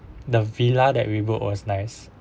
the villa that we work was nice